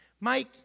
Mike